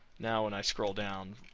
now when i scroll down,